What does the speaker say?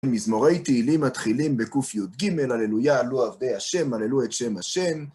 מזמורי תהילים מתחילים בקוף יג', הללויה, לו עבדי השם, הללו את שם השם.